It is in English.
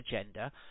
agenda